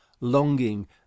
longing